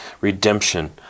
Redemption